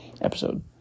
episode